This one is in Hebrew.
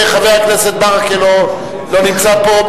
חבר הכנסת ברכה לא נמצא פה,